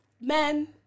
men